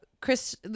Chris